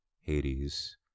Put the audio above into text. Hades